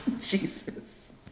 Jesus